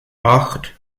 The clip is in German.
acht